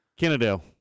Kennedale